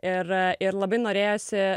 ir ir labai norėjosi